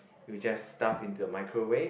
you just stuff into a microwave